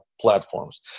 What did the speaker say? platforms